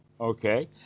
okay